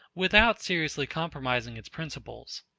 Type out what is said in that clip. without seriously compromising its principles.